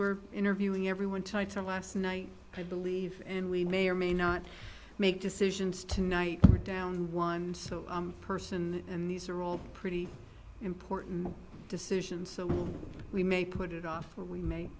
we're interviewing everyone tied to last night i believe and we may or may not make decisions tonight or down one person and these are all pretty important decisions so we may put it off or we may